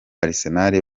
arsenal